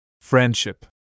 FRIENDSHIP